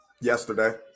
yesterday